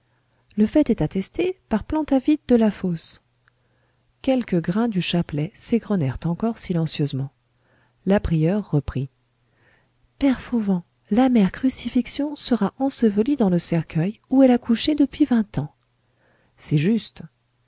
le fait est attesté par plantavit de la fosse quelques grains du chapelet s'égrenèrent encore silencieusement la prieure reprit père fauvent la mère crucifixion sera ensevelie dans le cercueil où elle a couché depuis vingt ans c'est juste